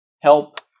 Help